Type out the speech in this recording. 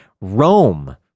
Rome